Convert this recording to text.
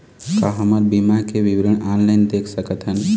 का हमर बीमा के विवरण ऑनलाइन देख सकथन?